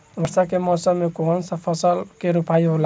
वर्षा के मौसम में कौन सा फसल के रोपाई होला?